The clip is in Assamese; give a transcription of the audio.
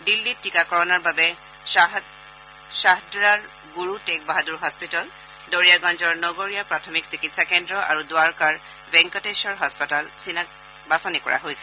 দিল্লীত টীকাকৰণৰ বাবে শ্বাহদৰাৰ গুৰু টেগ বাহাদুৰ হস্পিতাল দৰিয়াগঞ্জৰ নগৰীয় প্ৰাথমিক চিকিৎসা কেন্দ্ৰ আৰু দ্বাৰকাৰ ভেংকটেশ্বৰ হস্পিতাল বাঁচনি কৰা হৈছে